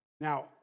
Now